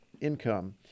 income